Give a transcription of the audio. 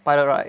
pilot right